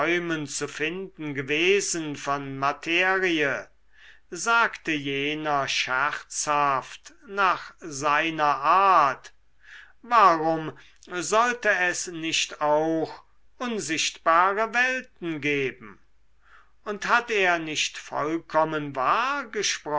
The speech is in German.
zu finden gewesen von materie sagte jener scherzhaft nach seiner art warum sollte es nicht auch unsichtbare welten geben und hat er nicht vollkommen wahr